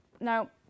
Now